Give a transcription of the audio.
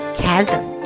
chasm